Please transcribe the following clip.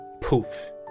poof